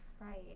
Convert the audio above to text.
Right